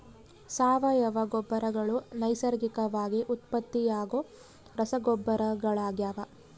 ಸಾವಯವ ಗೊಬ್ಬರಗಳು ನೈಸರ್ಗಿಕವಾಗಿ ಉತ್ಪತ್ತಿಯಾಗೋ ರಸಗೊಬ್ಬರಗಳಾಗ್ಯವ